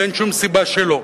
ואין שום סיבה שלא.